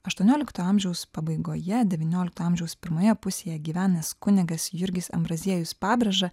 aštuoniolikto amžiaus pabaigoje devyniolikto amžiaus pirmoje pusėje gyvenęs kunigas jurgis ambraziejus pabrėža